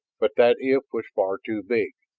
but that if was far too big.